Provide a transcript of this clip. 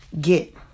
get